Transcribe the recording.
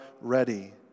ready